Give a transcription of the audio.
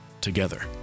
together